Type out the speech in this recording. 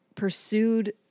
pursued